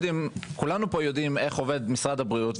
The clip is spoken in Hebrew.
כולנו פה יודעים איך עובדים משרד הבריאות,